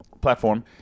platform